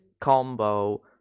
combo